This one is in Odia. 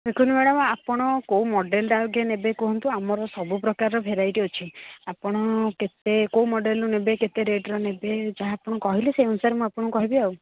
ଦେଖନ୍ତୁ ମ୍ୟାଡ଼ମ୍ ଆପଣ କେଉଁ ମଡ଼େଲଟା ଆଗେ ନେବେ କୁହନ୍ତୁ ଆମର ସବୁ ପ୍ରକାରର ଭେରାଇଟି ଅଛି ଆପଣ କେତେ କେଉଁ ମଡ଼େଲର ନେବେ କେତେ ରେଟର ନେବେ ଯାହା ଆପଣ କହିଲେ ସେହି ଅନୁସାରେ କହିଲେ ମୁଁ ଆପଣଙ୍କୁ କହିବି ଆଉ